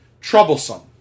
troublesome